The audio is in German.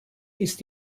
ist